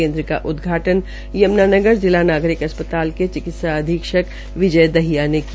केन्द्र का उदघाटन यम्नानगर जिला नागरिक अस्पताल के चिकित्सा अधीक्षक विजय दहिया ने किया